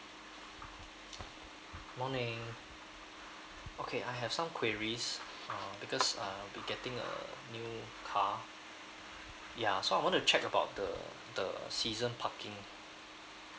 morning okay I have some queries uh because I'll be getting a new car ya so I want to check about the the season parking